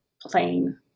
plain